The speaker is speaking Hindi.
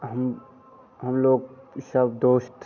हम हम लोग सब दोस्त